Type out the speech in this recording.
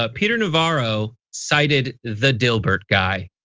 ah peter navarro cited the dilbert guy.